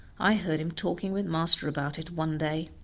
i heard him talking with master about it one day.